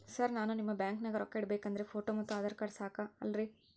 Sir ನಾನು ನಿಮ್ಮ ಬ್ಯಾಂಕನಾಗ ರೊಕ್ಕ ಇಡಬೇಕು ಅಂದ್ರೇ ಫೋಟೋ ಮತ್ತು ಆಧಾರ್ ಕಾರ್ಡ್ ಸಾಕ ಅಲ್ಲರೇ?